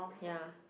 ya